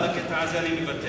גם בקטע הזה אני מוותר.